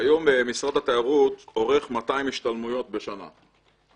כיום משרד התיירות עורך 200 השתלמויות בשנה.